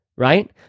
right